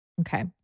Okay